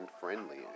friendly